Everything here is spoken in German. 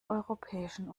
europäischen